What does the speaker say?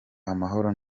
amahoro